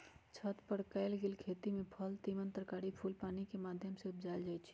छत पर कएल गेल खेती में फल तिमण तरकारी फूल पानिकेँ माध्यम से उपजायल जाइ छइ